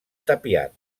tapiat